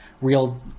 real